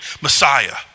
Messiah